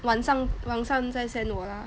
晚上晚上再 send 我了